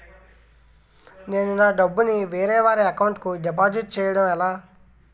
నేను నా డబ్బు ని వేరే వారి అకౌంట్ కు డిపాజిట్చే యడం ఎలా?